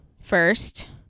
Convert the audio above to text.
first